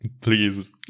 please